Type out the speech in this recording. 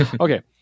Okay